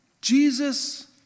Jesus